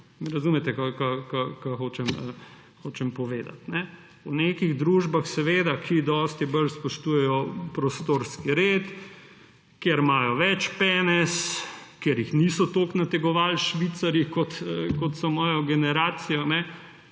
razumete, kaj hočem povedati? V nekih družbah, ki seveda dosti bolj spoštujejo prostorski red, kjer imajo več penezov, ker jih niso toliko nategovali Švicarji, kot so mojo generacijo,